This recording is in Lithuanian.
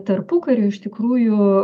tarpukariu iš tikrųjų